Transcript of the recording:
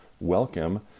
Welcome